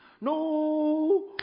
No